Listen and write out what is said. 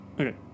Okay